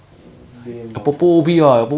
mm lame lah bobo